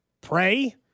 pray